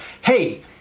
hey